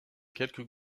quelques